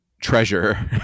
treasure